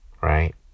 right